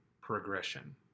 progression